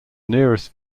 nearest